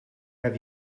have